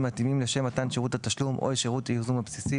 מתאימים לשם מתן שירות התשלום או שירות הייזום הבסיסי,